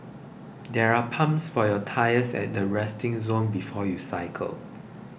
there are pumps for your tyres at the resting zone before you cycle